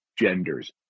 genders